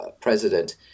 president